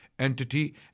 Entity